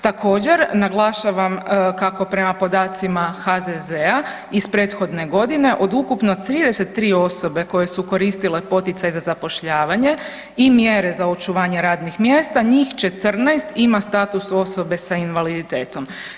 Također naglašavam kako prema podacima HZZ-a iz prethodne godine od ukupno 33 osobe koje su koristile poticaj za zapošljavanje i mjere za očuvanje radnih mjesta njih 14 ima status osoba s invaliditetom.